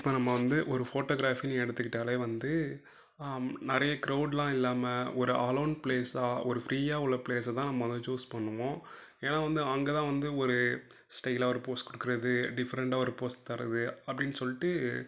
இப்போ நம்ம வந்து ஒரு ஃபோட்டோகிராஃபினு எடுத்துக்கிட்டாலே வந்து நிறைய க்ரௌட்லாம் இல்லாமல் ஒரு அலோன் ப்ளேஸாக ஒரு ஃப்ரீயாக உள்ள ப்ளேஸை தான் நம்ம வந்து சூஸ் பண்ணுவோம் ஏன்னால் வந்து அங்கே தான் வந்து ஒரு ஸ்டைலாக ஒரு போஸ் கொடுக்கறது டிஃப்ரெண்டாக ஒரு போஸ் தரது அப்படீன்னு சொல்லிட்டு